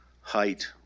height